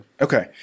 Okay